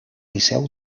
liceu